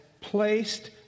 placed